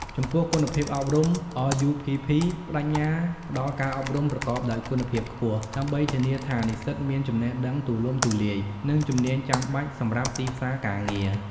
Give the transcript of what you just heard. ចំពោះគុណភាពអប់រំRUPP ប្តេជ្ញាផ្តល់ការអប់រំប្រកបដោយគុណភាពខ្ពស់ ដើម្បីធានាថានិស្សិតមានចំណេះដឹងទូលំទូលាយ និងជំនាញចាំបាច់សម្រាប់ទីផ្សារការងារ។